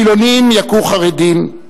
חילונים יכו חרדים,